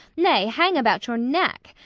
nay, hang about your neck,